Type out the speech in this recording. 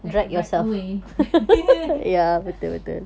like right away